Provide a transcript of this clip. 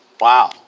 Wow